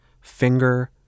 finger